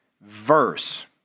verse